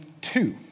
two